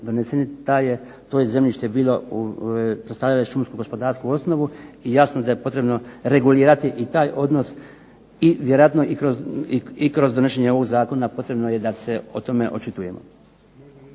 doneseni to je zemljište bilo predstavljalo je šumsku gospodarsku osnovu i jasno da je potrebno regulirati i taj odnos i vjerojatno i kroz donošenje ovog zakona potrebno je da se o tome očitujemo.